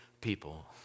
people